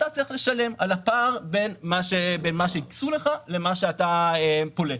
צריך לשלם על הפער בין מה שהקצו לך למה שאתה פולט.